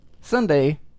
Sunday